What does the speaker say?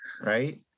Right